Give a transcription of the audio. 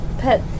Pet